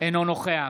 אינו נוכח